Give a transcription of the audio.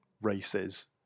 races